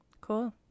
Cool